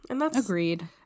Agreed